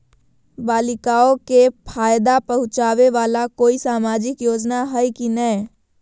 बालिकाओं के फ़ायदा पहुँचाबे वाला कोई सामाजिक योजना हइ की नय?